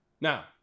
Now